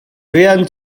rian